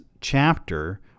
chapter